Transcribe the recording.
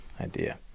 idea